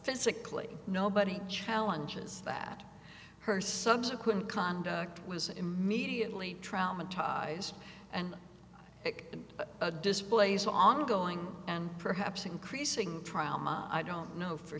physically nobody challenges that her subsequent conduct was immediately traumatised and it displays ongoing and perhaps increasing trial i don't know for